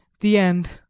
the end!